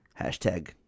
hashtag